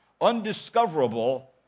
undiscoverable